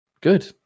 good